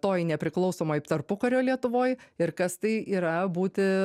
toj nepriklausomoj tarpukario lietuvoj ir kas tai yra būti